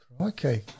okay